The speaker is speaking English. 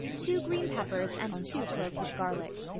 two green peppers and two cloves of garlic.